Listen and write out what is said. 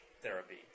therapy